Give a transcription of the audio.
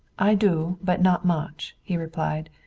i do but not much, he replied.